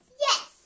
Yes